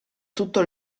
tutto